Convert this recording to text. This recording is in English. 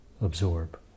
absorb